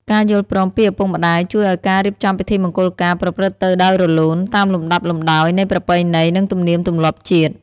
ការយល់ព្រមពីឪពុកម្ដាយជួយឱ្យការរៀបចំពិធីមង្គលការប្រព្រឹត្តទៅដោយរលូន តាមលំដាប់លំដោយនៃប្រពៃណី និងទំនៀមទម្លាប់ជាតិ។